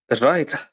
right